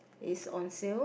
is on sale